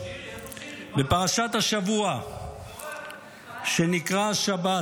בפרשת השבוע שנקרא השבת,